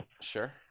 Sure